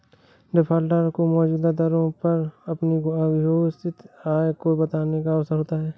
defaulter को मौजूदा दरों पर अपनी अघोषित आय को बताने का अवसर होता है